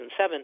2007